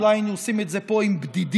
אולי היינו עושים את זה פה עם בדידים,